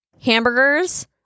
Hamburgers